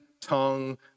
tongue